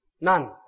None